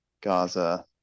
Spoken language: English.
Gaza